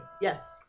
Yes